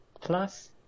plus